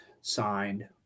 signed